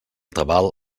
tabal